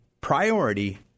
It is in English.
priority